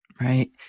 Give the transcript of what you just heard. Right